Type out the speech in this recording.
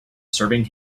serving